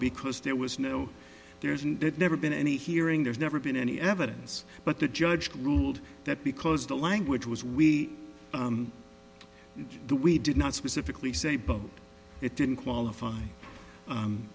because there was no there is and it never been any hearing there's never been any evidence but the judge ruled that because the language was we do we did not specifically say but it didn't qualify